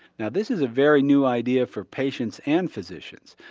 now this is a very new idea for patients and physicians.